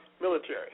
military